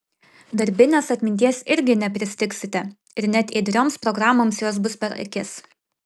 darbinės atminties irgi nepristigsite ir net ėdrioms programoms jos bus per akis